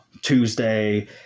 Tuesday